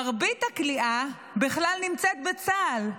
מרבית הכליאה בכלל נמצאת בצה"ל,